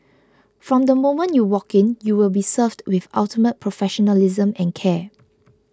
from the moment you walk in you will be served with ultimate professionalism and care